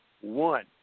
one